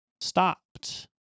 stopped